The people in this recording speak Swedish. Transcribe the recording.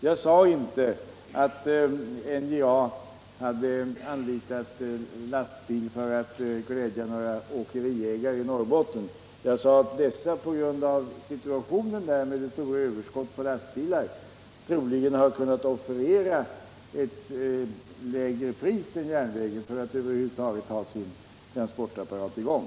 Jag sade inte att NJA hade använt lastbil för att glädja några åkeriägare i Norrbotten. Jag sade att dessa på grund av situationen där, med det stora överskottet på lastbilar, troligen har kunnat offerera ett lägre pris än järnvägen för att över huvud taget hålla sin transportapparat i gång.